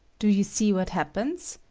do you see what happens?